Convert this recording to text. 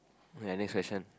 okay next question